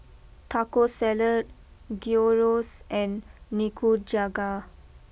Taco Salad Gyros and Nikujaga